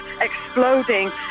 exploding